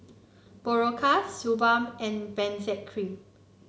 Berocca Suu Balm and Benzac Cream